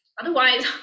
otherwise